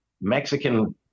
Mexican